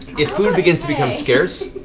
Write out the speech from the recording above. if food begins to become scarce,